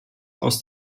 aus